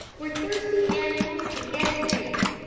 where thirsty animals can get a drink.